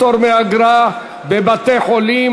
פטור מאגרה בבתי-חולים),